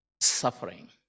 suffering